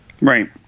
Right